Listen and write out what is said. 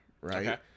Right